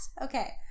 okay